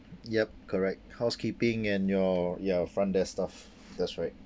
yup correct housekeeping and your your front desk staff that's right